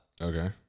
Okay